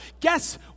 Guess